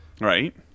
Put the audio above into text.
Right